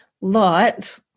lot